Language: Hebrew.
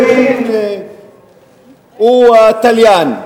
הוא התליין.